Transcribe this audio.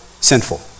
sinful